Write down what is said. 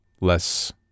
less